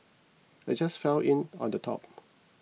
I just fell in on the top